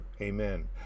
Amen